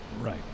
right